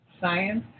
science